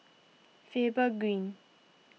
Faber Green